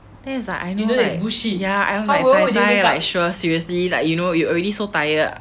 then's like I know that ya I know like sure seriously like you know you already so tired